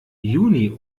juni